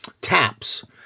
TAPS